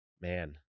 Man